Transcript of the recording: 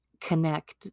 connect